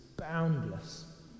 Boundless